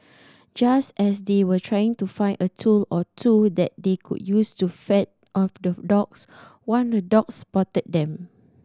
just as they were trying to find a tool or two that they could use to fend off the dogs one of the dogs spotted them